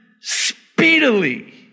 speedily